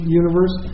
universe